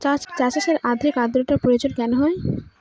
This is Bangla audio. চা চাষে অধিক আদ্রর্তার প্রয়োজন কেন হয়?